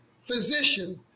physician